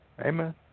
Amen